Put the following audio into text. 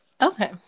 Okay